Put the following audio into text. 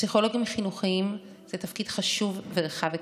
הפסיכולוגים החינוכיים, זה תפקיד חשוב ורחב היקף,